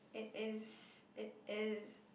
it is it is